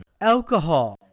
Alcohol